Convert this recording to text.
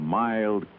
mild